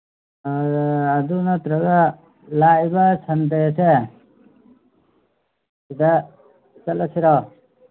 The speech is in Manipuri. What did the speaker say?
ꯑꯗꯨ ꯅꯠꯇ꯭ꯔꯒ ꯂꯥꯛꯏꯕ ꯁꯟꯗꯦꯁꯦ ꯁꯤꯗ ꯆꯠꯂꯁꯤꯔꯣ